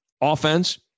offense